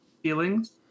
feelings